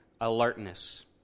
alertness